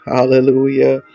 Hallelujah